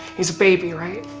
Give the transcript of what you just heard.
he's a baby, right?